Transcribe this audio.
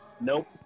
Nope